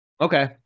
Okay